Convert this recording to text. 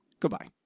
Goodbye